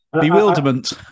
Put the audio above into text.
bewilderment